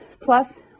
plus